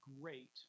great